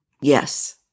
Yes